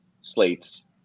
slates